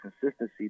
consistency